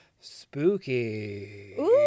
spooky